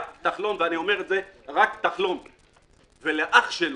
ואילו לאח שלו,